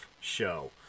show